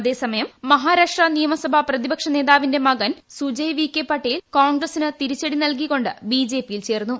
അതേസമയം മഹാരാഷ്ട്ര നിയമസഭ പ്രതിപക്ഷ നേതാവിന്റെ മകൻ സുജയ് വികെ പാട്ടിൽ കോൺഗ്രസിന് തിരിച്ചടി നൽകികൊ ് ബിജെപിയിൽ ചേർന്നു